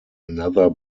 another